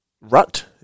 rut